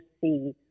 see